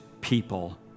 people